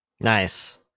Nice